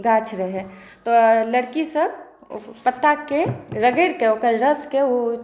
गाछ रहै तऽ लड़की सब ओहि पत्ताके रगड़िके ओकर रसके ओ